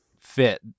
fit